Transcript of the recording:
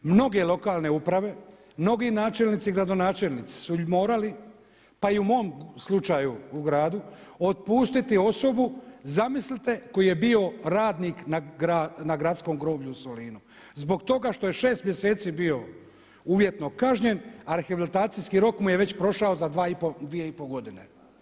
Mnoge lokalne uprave, mnogi načelnici i gradonačelnici su morali pa i u mom slučaju u gradu otpustiti osobu zamislite koji je bio radnik na gradskom groblju u Solinu zbog toga što je šest mjeseci bio uvjetno kažnjen, a rehabilitacijski rok mu je već prošao za dvije i pol godine.